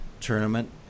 tournament